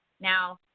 Now